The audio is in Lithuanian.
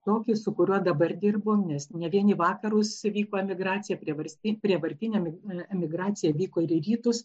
tokį su kuriuo dabar dirbu nes ne vien į vakarus vyko emigracija priversti prievartinė emigracija vyko ir į rytus